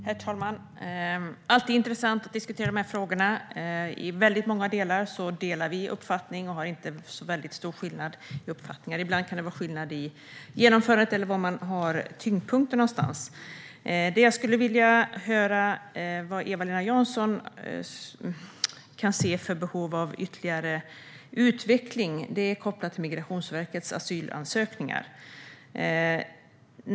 Herr talman! Det är alltid intressant att diskutera de här frågorna. I väldigt många delar skiljer sig inte våra uppfattningar så mycket. Ibland kan det vara skillnad i genomförandet eller var man har tyngdpunkten någonstans. Jag skulle vilja höra vad Eva-Lena Jansson kan se för behov av ytterligare utveckling, detta kopplat till Migrationsverkets asylansökningar.